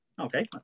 Okay